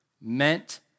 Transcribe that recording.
meant